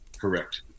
Correct